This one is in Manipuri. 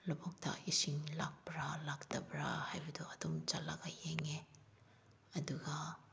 ꯂꯧꯕꯨꯛꯇ ꯏꯁꯤꯡ ꯂꯥꯛꯄ꯭ꯔꯥ ꯂꯥꯛꯇꯕ꯭ꯔꯥ ꯍꯥꯏꯕꯗꯣ ꯑꯗꯨꯝ ꯆꯠꯂꯒ ꯌꯦꯡꯉꯦ ꯑꯗꯨꯒ